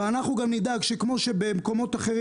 ואנחנו גם נדאג שכמו שבמקומות אחרים